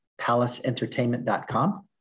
palaceentertainment.com